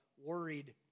worried